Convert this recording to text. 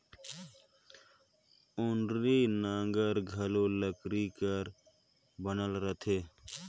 ओनारी नांगर घलो लकरी कर बनल रहथे